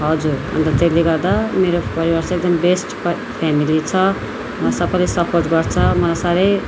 हजुर अन्त त्यसले गर्दा मेरो परिवार चाहिँ एकदम बेस्ट प फ्यामिली छ सबैले सपोर्ट गर्छ मलाई साह्रै